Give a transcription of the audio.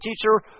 Teacher